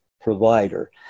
provider